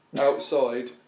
outside